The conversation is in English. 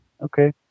Okay